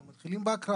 אתם מתחילים בהקראה.